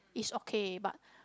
it's okay but